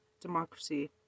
democracy